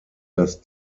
das